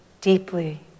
deeply